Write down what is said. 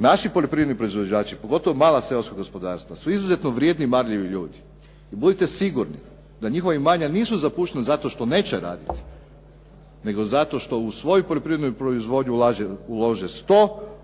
naši poljoprivredni proizvođači, pogotovo mala seoska gospodarstva su izuzetno vrijedni i marljivi ljudi i budite sigurni da njihova imanja nisu zapuštena zašto što neće raditi nego zato što u svoju poljoprivrednu proizvodnju ulože 100